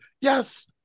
yes